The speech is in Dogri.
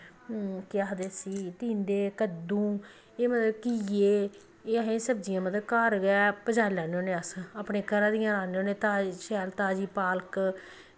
केह् आखदे उसी टींडे कद्दू एह् मतलब घीये एह् असें सब्जियां मतलब घर गै पजाई लैन्ने होन्ने अस अपने घरा दियां खन्ने होने ताजी शैल ताजी पालक